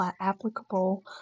applicable